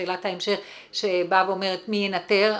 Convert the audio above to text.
שאלת ההמשך שבאה ואומרת מי ינתר.